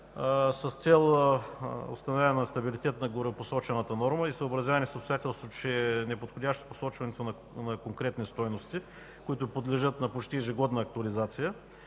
С цел установяване на стабилитет на горепосочената норма и съобразяване с обстоятелството, че е неподходящо посочването на конкретни стойности, които подлежат на почти ежегодна актуализация